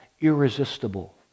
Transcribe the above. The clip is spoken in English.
irresistible